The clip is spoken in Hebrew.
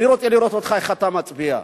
אני רוצה לראות אותך, איך אתה מצביע.